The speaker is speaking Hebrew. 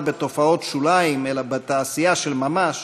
בתופעות שוליים אלא בתעשייה של ממש,